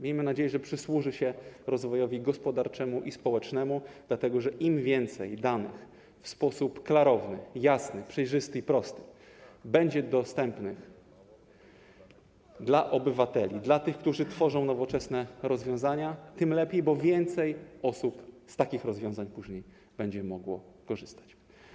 Miejmy nadzieję, że przysłuży się on rozwojowi gospodarczemu i społecznemu, dlatego że im więcej danych w sposób klarowny, jasny, przejrzysty i prosty będzie dostępnych dla tych obywateli, którzy tworzą nowoczesne rozwiązania, tym lepiej, bo więcej osób z takich rozwiązań później będzie mogło korzystać.